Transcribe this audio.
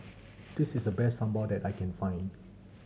this is the best sambal that I can find